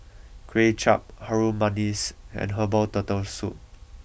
Kway Chap Harum Manis and Herbal Turtle Soup